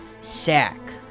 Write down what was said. sack